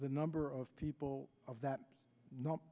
the number of people of that not